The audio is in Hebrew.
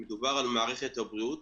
מדובר על מערכת הבריאות,